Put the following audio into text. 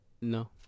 No